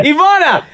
Ivana